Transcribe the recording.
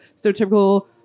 stereotypical